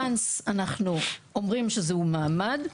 Once אנחנו אומרים שזה הוא מעמד,